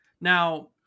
Now